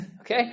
Okay